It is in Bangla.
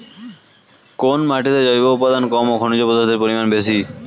কোন মাটিতে জৈব উপাদান কম ও খনিজ পদার্থের পরিমাণ বেশি?